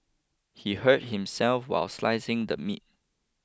he hurt himself while slicing the meat